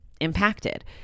impacted